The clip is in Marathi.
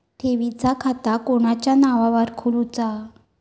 ठेवीचा खाता कोणाच्या नावार खोलूचा?